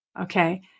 Okay